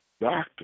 doctor